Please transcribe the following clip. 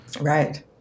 Right